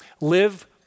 Live